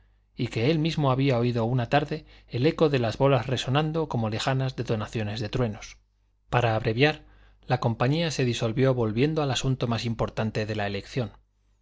y que él mismo había oído una tarde el eco de las bolas resonando como lejanas detonaciones de truenos para abreviar la compañía se disolvió volviendo al asunto más importante de la elección la